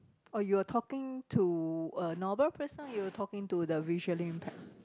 oh you were talking to a normal person or you talking to the visually impaired